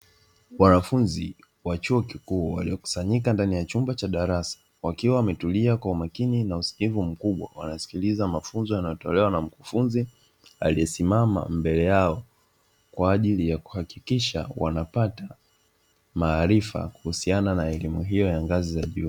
Wanafunzi wa chuo kikuu waliokusanyika ndani ya chumba cha darasa, wakiwa wametulia kwa makini na usikivu mkubwa, wanasikiliza mafunzo yanayotolewa na mkufunzi aliyesimama mbele yao, kwa ajili ya kuhakikisha wanapata maarifa kuhusiana na elimu hiyo ya ngazi za juu.